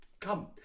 Come